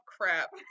crap